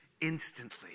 instantly